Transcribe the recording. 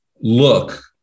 look